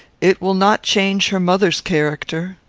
it will not change her mother's character.